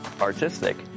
artistic